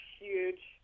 huge